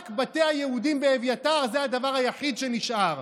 רק בתי היהודים באביתר זה הדבר היחיד שנשאר.